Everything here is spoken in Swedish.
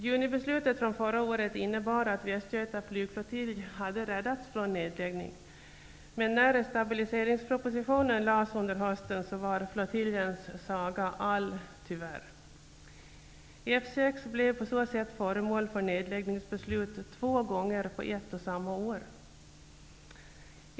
Junibeslutet förra året innebar att Västgöta flygflottilj hade räddats från nedläggning, men när stabiliseringspropositionen lades fram under hösten var flottiljens saga tyvärr all. F 6 blev på så sätt föremål för nedläggningsbeslut två gånger på ett och samma år.